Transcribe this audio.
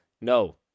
No